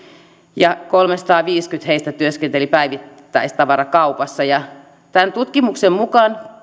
ja kolmesataaviisikymmentä heistä työskenteli päivittäistavarakaupassa tämän tutkimuksen mukaan